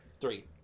Three